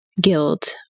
guilt